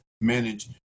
manage